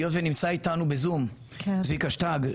היות ונמצא איתנו בזום צביקה שטג,